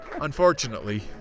Unfortunately